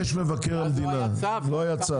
יש מבקר המדינה, לא היה צו.